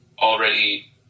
already